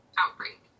outbreak